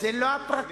זה לא הפרקליטים